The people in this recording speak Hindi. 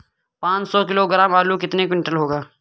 पाँच सौ किलोग्राम आलू कितने क्विंटल होगा?